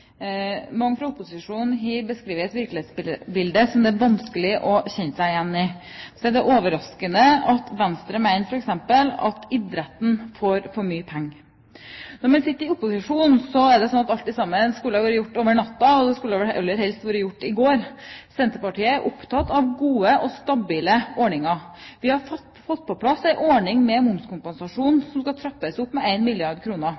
vanskelig å kjenne seg igjen i. Det er overraskende at Venstre f.eks. mener at idretten får for mange penger. Når man sitter i opposisjon, er det sånn at alt skulle ha vært gjort over natta, og det skulle aller helst ha vært gjort i går. Senterpartiet er opptatt av gode og stabile ordninger. Vi har fått på plass en ordning med momskompensasjon, som skal trappes opp med 1 milliard